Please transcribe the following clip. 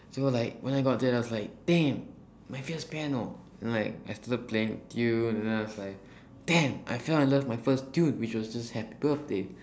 so like when I got it I was like damn my first piano and like I started playing the tune and then I was like damn I fell in love with my first tune which was just happy birthday